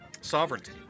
sovereignty